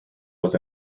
was